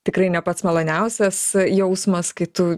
tikrai ne pats maloniausias jausmas kai tu